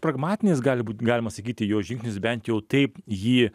pragmatinis gali būt galima sakyti jo žingsnis bent jau taip jį